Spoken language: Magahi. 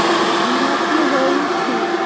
बीमा कि होई छई?